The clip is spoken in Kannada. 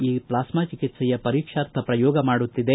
ಈ ಪ್ಲಾಸ್ನಾ ಚಿಕಿತ್ಸೆಯ ಪರೀಕ್ಷಾರ್ಥ ಪ್ರಯೋಗ ಮಾಡುತ್ತಿದೆ